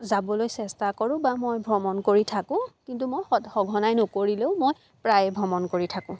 যাবলৈ চেষ্টা কৰোঁ বা মই ভ্ৰমণ কৰি থাকোঁ কিন্তু মই সদা সঘনাই নকৰিলেও মই প্ৰায় ভ্ৰমণ কৰি থাকোঁ